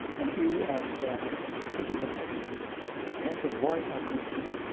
and we, as citizens, we have to voice our concern